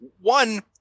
One